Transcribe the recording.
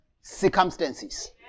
circumstances